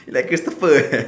you like christopher